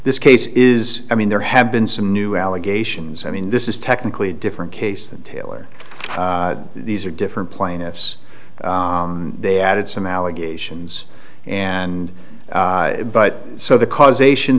this case is i mean there have been some new allegations i mean this is technically a different case than taylor these are different plaintiffs they added some allegations and but so the causation